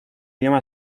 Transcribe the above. idioma